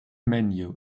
menu